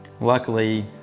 Luckily